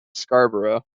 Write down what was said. scarborough